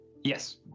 Yes